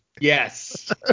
Yes